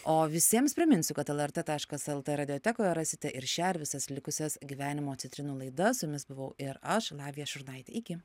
o visiems priminsiu kad lrt taškas lt radiotekoje rasite ir šią ir visas likusias gyvenimo citrinų laidas su jumis buvau ir aš lavija šurnaitė iki